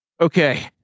Okay